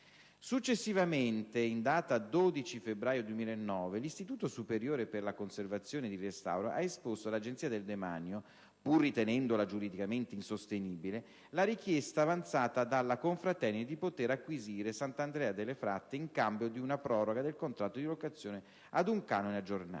Successivamente, in data 12 febbraio 2009, l'Istituto superiore per la conservazione ed il restauro ha esposto all'Agenzia del demanio, pur ritenendola giuridicamente insostenibile, la richiesta avanzata dalla Confraternita di poter acquisire Sant'Andrea delle Fratte in cambio di una proroga del contratto di locazione ad un canone aggiornato.